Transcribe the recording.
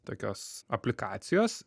tokios aplikacijos